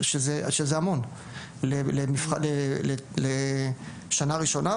שזה המון, לשנה ראשונה.